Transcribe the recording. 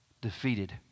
defeated